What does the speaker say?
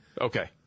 Okay